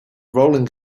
rolling